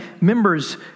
members